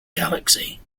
galaxy